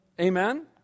Amen